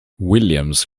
williams